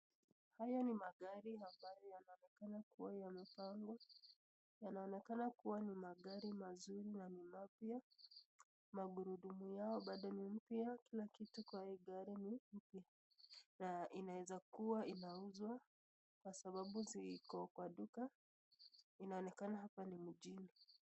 Haya ni magari yanayoonekana kuwa yamepangwa, yanaonekana kuwa ni magari mazuri na ni mapya, magurudumu yao ni mpya kila kitu kwa hii gari ni mpya na inaeza kuwa inauzwa, kwa sabau ziko kwa duka, inaonekana hapa ni mjini.